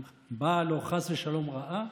אם באה לו חס ושלום רעה,